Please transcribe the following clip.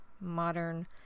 modern